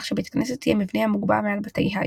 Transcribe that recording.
קודש ערכים מורחבים – ארון קודש,